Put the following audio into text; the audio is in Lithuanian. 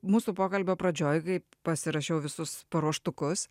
mūsų pokalbio pradžioj kai pasirašiau visus paruoštukus